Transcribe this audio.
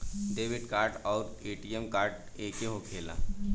Debit card आउर ATM card एके होखेला?